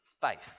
faith